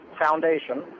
foundation